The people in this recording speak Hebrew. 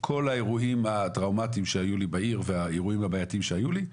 כל האירועים הטראומתיים שהיו לי בעיר והאירועים הבעייתיים שהיו לי,